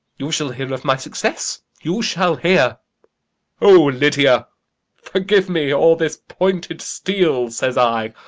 you shall hear of my success you shall hear o lydia forgive me, or this pointed steel says i.